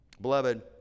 Beloved